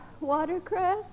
Watercress